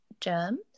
germs